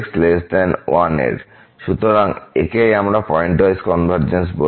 সুতরাং একেই আমরা পয়েন্টওয়াইজ কনভারজেন্স বলি